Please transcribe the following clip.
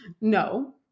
No